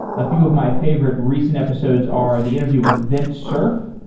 a few of my favorite recent episodes are the interview with event surf,